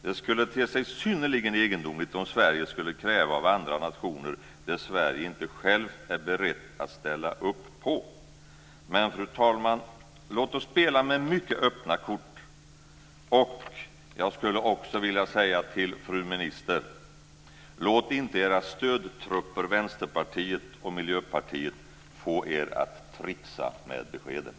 Det skulle te sig synnerligen egendomligt om Sverige skulle kräva av andra nationer det Sverige inte självt är berett att ställa upp på. Men, fru talman, låt oss spela med mycket öppna kort. Jag skulle också vilja säga till fru ministern: Låt inte era stödtrupper Vänsterpartiet och Miljöpartiet få er att tricksa med beskeden!